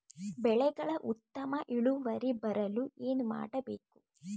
ಬೆಳೆಗಳ ಉತ್ತಮ ಇಳುವರಿ ಬರಲು ಏನು ಮಾಡಬೇಕು?